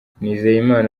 nizeyimana